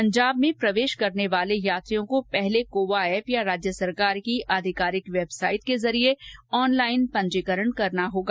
पंजाब में प्रवेश करने वाले यात्रियों को पहले कोवा ऐप या राज्य सरकार की आधिकारिक वेबसाइट के जरिए ऑनलाइन पंजीकरण करना होगा